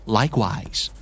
likewise